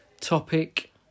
topic